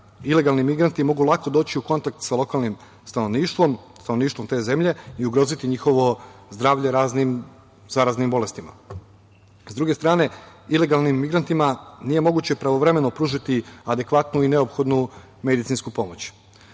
ilegalni migranti mogu lako doći u kontakt sa lokalnim stanovništvom, stanovništvom te zemlje i ugroziti njihovo zdravlje raznim zaraznim bolestima. S druge strane, ilegalnim migrantima nije moguće pravovremeno pružiti adekvatnu i neophodnu medicinsku pomoć.